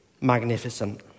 magnificent